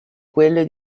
quelle